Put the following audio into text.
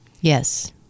Yes